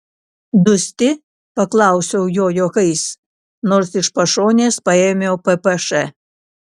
dusti paklausiau jo juokais nors iš pašonės paėmiau ppš